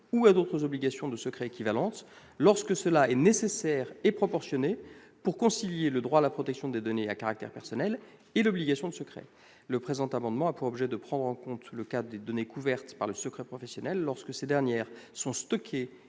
ou à d'autres obligations de secret équivalentes, lorsque cela est nécessaire et proportionné, et ce pour concilier le droit à la protection des données à caractère personnel et l'obligation de secret. Notre amendement vise à prendre en compte le cas des données couvertes par le secret professionnel, lorsque ces dernières sont stockées